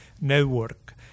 network